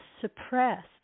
suppressed